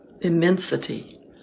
immensity